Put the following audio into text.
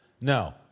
No